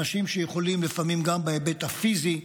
אנשים שיכולים לפעמים גם בהיבט הפיזי,